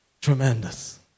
tremendous